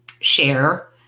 share